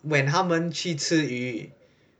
when 他们去吃鱼